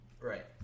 right